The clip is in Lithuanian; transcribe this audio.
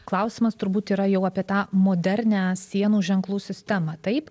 klausimas turbūt yra jau apie tą modernią sienų ženklų sistemą taip